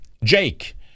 Jake